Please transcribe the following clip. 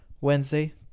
Wednesday